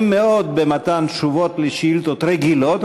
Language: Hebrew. מאוד במתן תשובות על שאילתות רגילות,